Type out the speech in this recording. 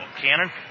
Cannon